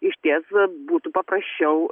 išties būtų paprasčiau